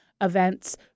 events